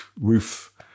roof